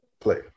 play